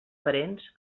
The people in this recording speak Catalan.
parents